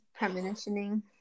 premonitioning